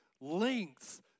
lengths